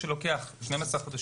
לשלוח אותו לבידוד,